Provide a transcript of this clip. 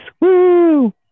Woo